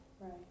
Right